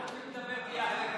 אנחנו יכולים לדבר ביחד.